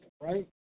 right